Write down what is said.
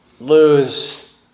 lose